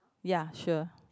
ya sure